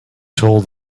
told